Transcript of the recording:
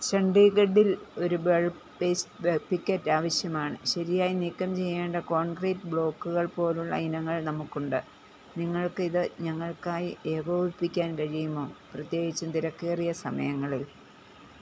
ചണ്ഡീഗഡിൽ ഒരു bulk waste വേ പിക്കറ്റ് ആവശ്യമാണ് ശരിയായി നീക്കം ചെയ്യേണ്ട കോൺക്രീറ്റ് ബ്ലോക്കുകൾ പോലെയുള്ള ഇനങ്ങൾ നമുക്കുണ്ട് നിങ്ങൾക്കിത് ഞങ്ങൾക്കായി ഏകോപിപ്പിക്കാൻ കഴിയുമോ പ്രത്യേകിച്ചും തിരക്കേറിയ സമയങ്ങളിൽ